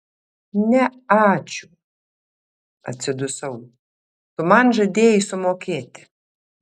ne ačiū atsidusau tu man žadėjai sumokėti